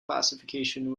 classification